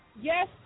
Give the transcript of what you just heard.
yes